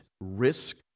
risk